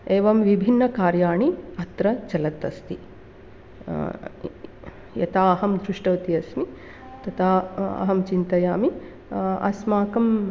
एवं विभिन्न कार्याणि अत्र चलत् अस्ति यदा अहं दृष्टवती अस्मि तदा अहं चिन्तयामि अस्माकम्